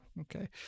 okay